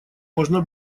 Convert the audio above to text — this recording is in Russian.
можно